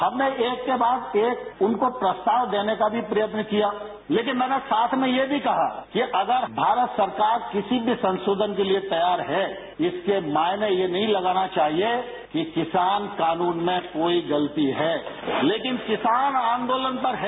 हमने एक के बाद एक उनको प्रस्ताव देने का भी प्रयत्न किया लेकिन मैंने साथ में यह भी कहा कि अगर भारत सरकार किसी भी संशोधन के लिए तैयार है इसके मायने यह नहीं लगाना चाहिए कि किसान कानून में कोई गलती है लेकिन किसान आंदोलन पर है